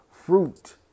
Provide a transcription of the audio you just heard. Fruit